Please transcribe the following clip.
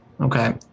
Okay